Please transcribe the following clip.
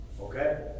Okay